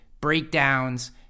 breakdowns